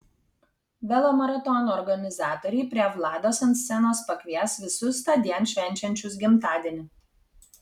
velomaratono organizatoriai prie vlados ant scenos pakvies visus tądien švenčiančius gimtadienį